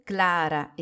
Clara